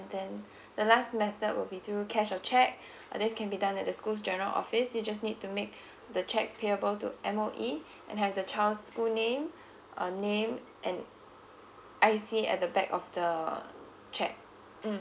then the last method will be through cash or cheque this can be done at the schools general office you just need to make the cheque payable to M_O_E and have the child's school name uh name and I C at the back of the cheque mm